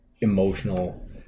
emotional